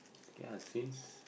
I cannot since